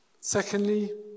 Secondly